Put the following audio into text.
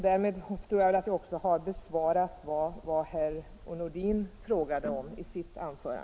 Därmed tror jag att jag också har besvarat herr Nordins fråga.